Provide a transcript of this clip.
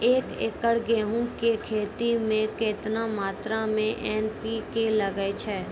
एक एकरऽ गेहूँ के खेती मे केतना मात्रा मे एन.पी.के लगे छै?